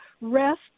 rest